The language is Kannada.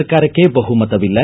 ಸರ್ಕಾರಕ್ಕೆ ಬಹುಮತವಿಲ್ಲ